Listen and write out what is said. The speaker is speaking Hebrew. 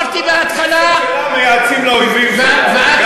ושחברי הכנסת שלה מייעצים לאויבים שלה.